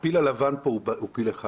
הפיל הלבן פה הוא פיל אחד